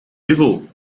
duvel